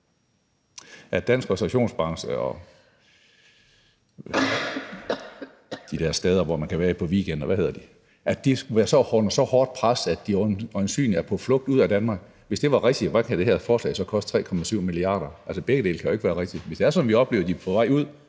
den danske restaurationsbranche og de der steder, hvor man kan holde weekend – hvad hedder de? – skulle være under så hårdt pres, at de øjensynligt er på flugt fra Danmark. Hvis det er rigtigt, hvordan kan det her forslag så koste 3,7 mia. kr.? Begge dele kan jo ikke være rigtigt. Hvis det er sådan, at vi oplever, at de er på vej ud,